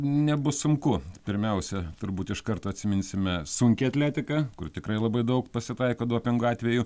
nebus sunku pirmiausia turbūt iš karto atsiminsime sunkią atletiką kur tikrai labai daug pasitaiko dopingo atvejų